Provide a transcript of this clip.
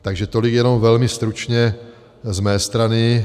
Takže tolik jenom velmi stručně z mé strany.